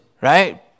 right